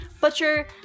butcher